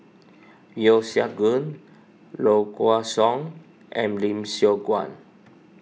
Yeo Siak Goon Low Kway Song and Lim Siong Guan